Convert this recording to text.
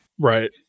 Right